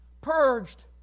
purged